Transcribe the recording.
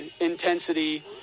intensity